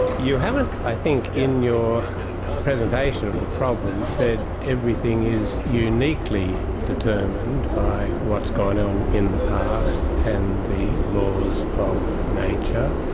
you haven't i think in your presentation of the problem said everything is uniquely determined by what's gone on in the past, and the laws of nature.